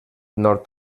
nord